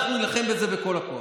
אנחנו נילחם בזה בכל הכוח.